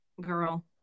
girl